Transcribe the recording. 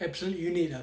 absolute unit ah